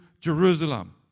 Jerusalem